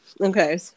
okay